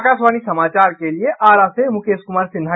आकाशवाणी समाचार के लिए आरा से मुकेश कुमार सिन्हा